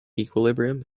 equilibrium